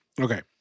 okay